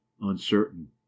uncertain